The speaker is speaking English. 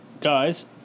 guys